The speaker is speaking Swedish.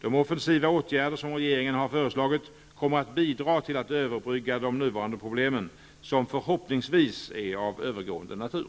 De offensiva åtgärder som regeringen har föreslagit kommer att bidra till att överbrygga de nuvarande problemen som förhoppningsvis är av övergående natur.